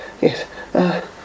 Yes